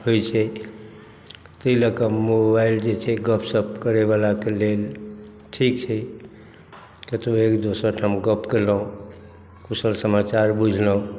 होइ छै ताहि लऽ कऽ मोबाइल जे छै गपशप करैवलाके लेल ठीक छै कतहु एक दोसर ठाम गप केलहुँ कुशल समाचार बुझलहुँ